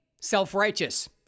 Self-righteous